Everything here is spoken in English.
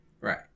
Right